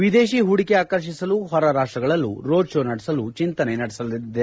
ವಿದೇಶಿ ಹೂಡಿಕೆ ಆಕರ್ಷಿಸಲು ಹೊರ ರಾಷ್ಷಗಳಲ್ಲೂ ರೋಡ್ ಶೋ ನಡೆಸಲು ಚಿಂತನೆ ನಡೆದಿದೆ